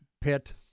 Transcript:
Pitt